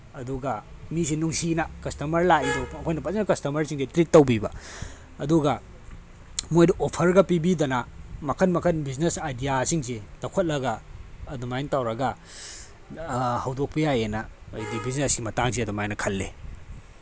ꯑꯗꯨꯒ ꯃꯤꯁꯦ ꯅꯨꯡꯁꯤꯅ ꯀꯁꯇꯃꯔ ꯂꯥꯛꯏꯗꯣ ꯑꯩꯈꯣꯏꯅ ꯐꯖꯅ ꯀꯁꯇꯃꯔꯁꯤꯡꯁꯦ ꯇ꯭ꯔꯤꯠ ꯇꯧꯕꯤꯕ ꯑꯗꯨꯒ ꯃꯣꯏꯗ ꯑꯣꯐꯔꯒ ꯄꯤꯕꯤꯗꯅ ꯃꯈꯟ ꯃꯈꯟ ꯕꯤꯁꯅꯦꯁ ꯑꯥꯏꯗꯤꯌꯥꯁꯤꯡꯁꯤ ꯂꯧꯈꯠꯂꯒ ꯑꯗꯨꯃꯥꯏꯅ ꯇꯧꯔꯒ ꯍꯧꯗꯣꯛꯄ ꯌꯥꯏꯌꯦꯅ ꯍꯥꯏꯕꯗꯤ ꯕꯤꯖꯤꯅꯦꯁꯀꯤ ꯃꯇꯥꯡꯁꯤ ꯑꯗꯨꯃꯥꯏꯅ ꯈꯜꯂꯤ